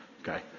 Okay